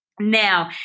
Now